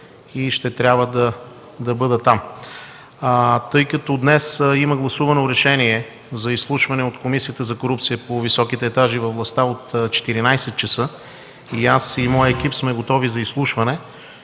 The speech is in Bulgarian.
и ще трябва да бъда там. Днес има гласувано решение за изслушване от Комисията по корупция по високите етажи във властта от 14,00 ч. и аз, и моят екип сме готови за изслушване.